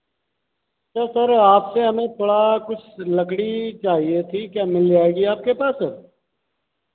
तो सर आपसे हमें थोड़ा कुछ लकड़ी चाहिए थी क्या मिल जाएगी आपके पास